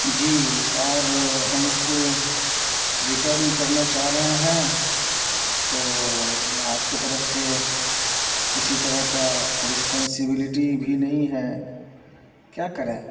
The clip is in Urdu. جی اور ہم اس کو ریٹرن کرنا چاہ رہے ہیں تو آپ کے طرف سے کسی طرح کا رسپانسیبلٹی بھی نہیں ہے کیا کریں